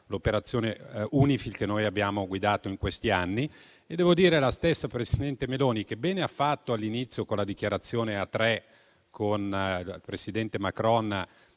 l'operazione UNIFIL, che anche noi abbiamo guidato in questi anni. La stessa presidente Meloni, che bene ha fatto all'inizio con la dichiarazione a tre con il presidente Macron